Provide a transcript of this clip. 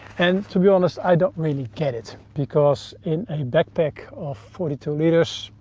and to be honest, i don't really get it because in a backpack of forty two liters,